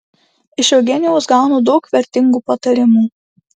iš eugenijaus gaunu daug vertingų patarimų